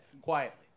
quietly